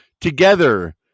together